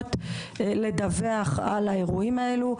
התחנות לדווח על האירועים האלו.